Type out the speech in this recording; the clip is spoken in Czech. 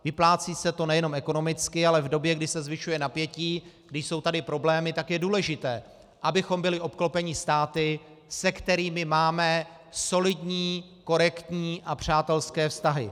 Vyplácí se to nejenom ekonomicky, ale v době, kdy se zvyšuje napětí, kdy jsou tady problémy, tak je důležité, abychom byli obklopeni státy, se kterými máme solidní, korektní a přátelské vztahy.